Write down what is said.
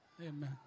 Amen